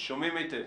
כן, שומעים היטב.